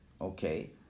Okay